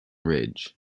ridge